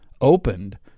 opened